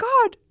God